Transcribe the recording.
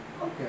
Okay